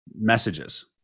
messages